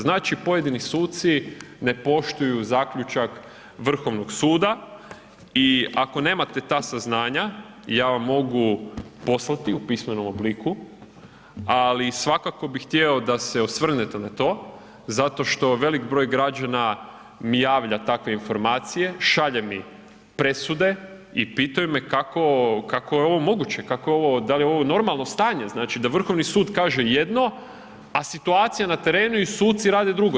Znači, pojedini suci ne poštuju zaključak Vrhovnog suda i ako nemate ta saznanja ja vam mogu poslati u pismenom obliku, ali svakako bi htjeo da se osvrnete na to zato što velik broj građana mi javlja takve informacije, šalje mi presude i pitaju me kako, kako je ovo moguće, kako ovo, da li je ovo normalno stanje, znači da Vrhovni sud kaže jedno, a situacija na terenu i suci rade drugo.